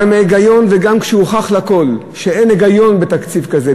גם כשהיה היגיון וגם כשהוכח לכול שאין היגיון בתקציב כזה,